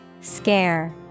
Scare